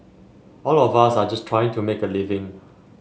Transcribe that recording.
all of us are just trying to make a living